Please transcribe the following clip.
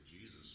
Jesus